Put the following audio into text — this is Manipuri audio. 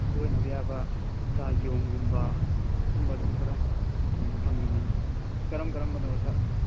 ꯂꯣꯏꯅꯕ ꯌꯥꯕ ꯁꯥ ꯌꯣꯡꯒꯨꯝꯕ ꯑꯗꯨꯒꯨꯝꯕ ꯑꯗꯨꯝ ꯈꯔ ꯎꯕ ꯐꯪꯒꯅꯤ ꯀꯔꯝ ꯀꯔꯝꯕꯅꯣ ꯁꯥ